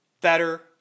better